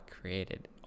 created